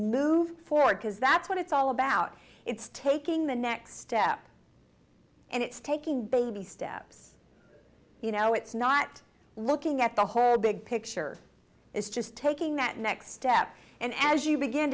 move forward because that's what it's all about it's taking the next step and it's taking baby steps you know it's not looking at the whole big picture it's just taking that next step and as you begin